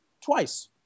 Twice